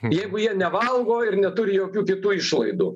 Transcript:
jeigu jie nevalgo ir neturi jokių kitų išlaidų